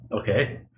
Okay